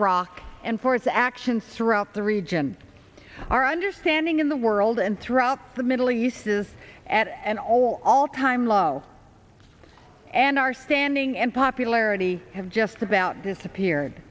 iraq and for its actions throughout the region our understanding in the world and throughout the middle east is at an all all time low and our standing and popularity have just about disappeared